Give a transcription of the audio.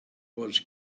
was